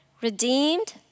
redeemed